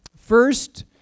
First